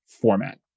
format